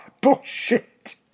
bullshit